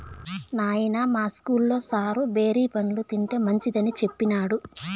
నాయనా, మా ఇస్కూల్లో సారు బేరి పండ్లు తింటే మంచిదని సెప్పినాడు